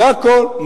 זה הכול.